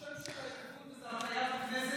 השם זה הקרן החדשה